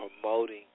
promoting